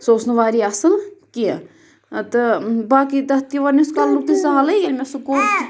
سُہ اوس نہٕ واریاہ اَصٕل کیٚنٛہہ تہٕ باقٕے تَتھ تہٕ وۄنۍ اوس کَلرُک تہٕ سہلٕے ییٚلہِ مےٚ سُہ کوٚر تہٕ